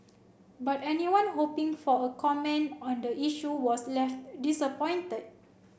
but anyone hoping for a comment on the issue was left disappointed